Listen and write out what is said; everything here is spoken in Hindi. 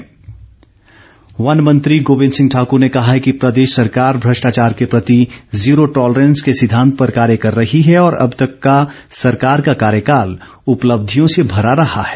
गोविंद ठाकुर वन मंत्री गोविंद सिंह ठाकुर ने कहा है कि प्रदेश सरकार भ्रष्टाचार के प्रति जीरो टॉलरेंस के सिद्धांत पर कार्य कर रही है और अब तक का सरकार का कार्यकाल उपलब्धियों से भरा रहा है